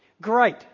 Great